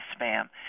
spam